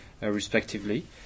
respectively